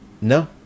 no